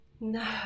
No